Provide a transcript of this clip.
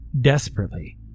desperately